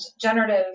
generative